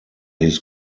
his